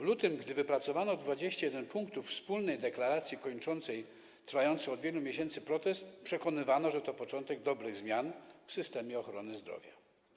W lutym, gdy wypracowano 21 punktów wspólnej deklaracji kończącej trwający od wielu miesięcy protest, przekonywano, że to początek dobrych zmian w systemie ochrony zdrowia.